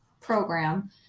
program